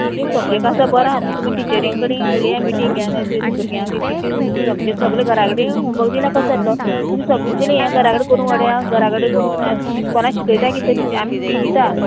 एक एक सबजेक्ट आसा बरो आनी तुमी टिचरी कडें उलया मिटींग घेया न्हय भुरग्यांक इतके सब्जेक्ट सगळे घरा कडेन होमवर्क दिला कसो येतलो तुमी सगळें हें घरा कडे करून वडया घरा कडेन करून तुमी कोणाक शिकयता किदें तर टिचर आमी फी दिता